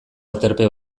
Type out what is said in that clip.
aterpe